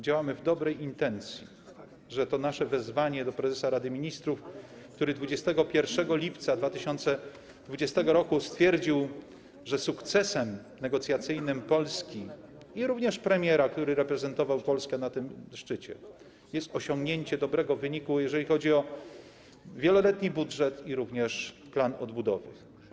Działamy w dobrej intencji, stąd to nasze wezwanie do prezesa Rady Ministrów, który 21 lipca 2020 r. stwierdził, że sukcesem negocjacyjnym Polski - również premiera, który reprezentował Polskę na tym szczycie - jest osiągnięcie dobrego wyniku, jeżeli chodzi o wieloletni budżet i również plan odbudowy.